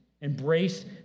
Embrace